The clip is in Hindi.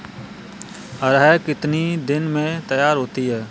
अरहर कितनी दिन में तैयार होती है?